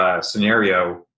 scenario